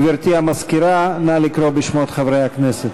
גברתי המזכירה, נא לקרוא בשמות חברי הכנסת.